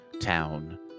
town